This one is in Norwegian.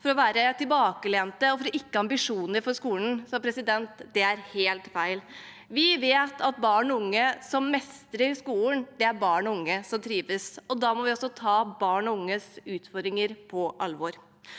for å være tilbakelente og ikke ha ambisjoner for skolen – det er helt feil. Vi vet at barn og unge som mestrer skolen, er barn og unge som trives. Da må vi også ta barn og unges utfordringer på alvor.